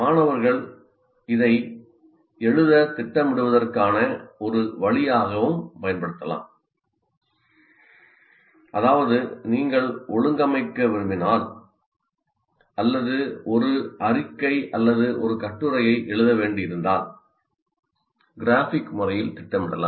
மாணவர்கள் இதைத் எழுத திட்டமிடுவதற்கான ஒரு வழியாகவும் பயன்படுத்தலாம் அதாவது நீங்கள் ஒழுங்கமைக்க விரும்பினால் அல்லது ஒரு அறிக்கை அல்லது ஒரு கட்டுரையை எழுத வேண்டியிருந்தால் கிராஃபிக் முறையில் திட்டமிடலாம்